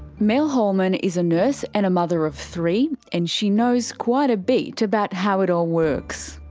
mel holman is a nurse and a mother of three, and she knows quite a bit about how it all works.